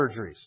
surgeries